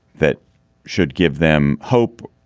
that should give them hope,